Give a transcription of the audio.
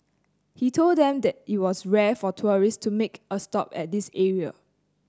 he told them that it was rare for tourists to make a stop at this area